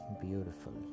beautiful